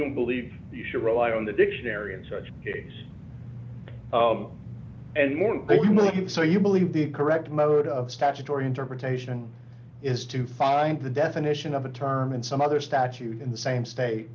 don't believe you should rely on the dictionary and such and more so you believe the correct mode of statutory interpretation is to find the definition of a term in some other statute in the same state